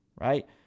right